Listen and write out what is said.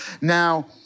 now